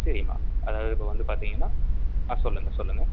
சரிம்மா அதாவது இப்போ வந்து பார்த்தீங்கன்னா ஆ சொல்லுங்க சொல்லுங்க